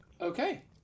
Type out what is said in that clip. Okay